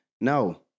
No